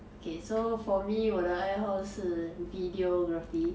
okay so for me 我的爱好是 videography